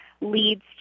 leads